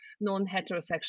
non-heterosexual